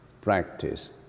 practice